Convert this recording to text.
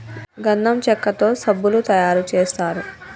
గంధం చెక్కతో సబ్బులు తయారు చేస్తారు